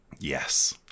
Yes